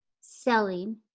selling